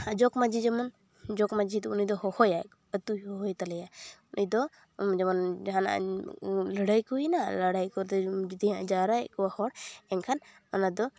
ᱡᱚᱜᱽᱼᱢᱟᱺᱡᱷᱤ ᱡᱮᱢᱚᱱ ᱡᱚᱜᱽᱼᱢᱟᱺᱡᱷᱤᱫᱚ ᱩᱱᱤᱫᱚ ᱦᱚᱦᱚᱭᱟᱭ ᱟᱹᱛᱩᱭ ᱦᱚᱦᱚᱭ ᱛᱟᱞᱮᱭᱟ ᱩᱱᱤᱫᱚ ᱡᱮᱢᱚᱱ ᱡᱟᱦᱟᱱᱟᱜ ᱞᱟᱹᱲᱦᱟᱹᱭᱠᱚ ᱦᱩᱭᱮᱱᱟ ᱞᱟᱹᱲᱦᱟᱹᱭ ᱠᱟᱛᱮ ᱡᱩᱫᱤᱦᱟᱜ ᱮ ᱡᱟᱣᱨᱟᱭᱮᱫ ᱠᱚᱣᱟ ᱦᱚᱲ ᱮᱝᱠᱷᱟᱱ ᱚᱱᱟᱫᱚ